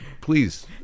please